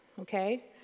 okay